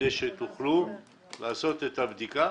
וזאת על מנת שתוכלו לעשות את הבדיקה